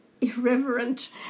irreverent